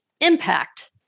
impact